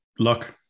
Luck